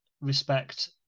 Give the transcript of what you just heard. respect